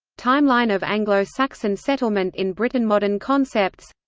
timeline of anglo-saxon settlement in britainmodern concepts